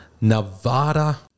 Nevada